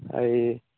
I